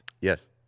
Yes